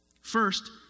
First